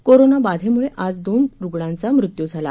corona बाधेमुळे आज दोन रूग्णांचा मृत्यू झाला